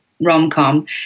rom-com